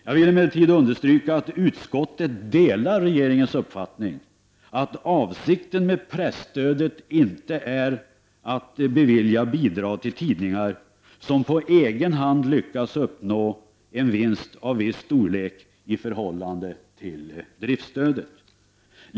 Jag vill emellertid understryka att utskottet delar regeringens uppfattning att avsikten med presstödet inte är att bevilja bidrag till tidningar som på egen hand lyckas uppnå en vinst av viss storlek i förhållande till driftsstödet.